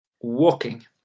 walking